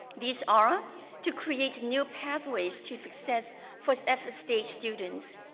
these are ah to create new pathways to success for sf state students,